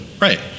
Right